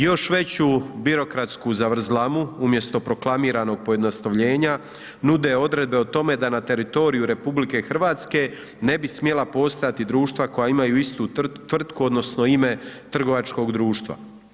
Još veću birokratsku zavrzlamu, umjesto proklamiranog pojednostavljenja, nude odredbe o tome da na teritoriju RH ne bi smjela postojati društva koja imaju istu tvrtku odnosno ime trgovačkog društva.